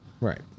Right